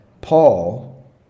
Paul